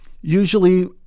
usually